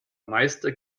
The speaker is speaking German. meister